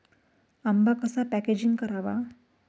आंबा कसा पॅकेजिंग करावा?